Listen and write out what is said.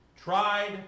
tried